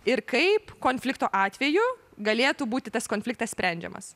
ir kaip konflikto atveju galėtų būti tas konfliktas sprendžiamas